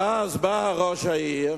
ואז בא ראש העיר